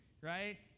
right